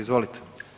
Izvolite.